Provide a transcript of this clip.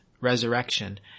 resurrection